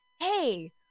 hey